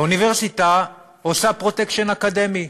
האוניברסיטה עושה "פרוטקשן" אקדמי.